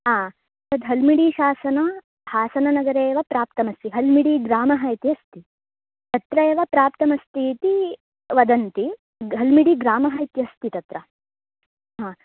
हा तद् हल्मिडीशासनं हासननगरे एव प्राप्तमस्ति हल्मिडीग्रामः इति अस्ति तत्र एव प्राप्तमस्तीति वदन्ति ग् हल्मिडीग्रामः इत्यस्ति तत्र हा